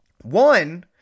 one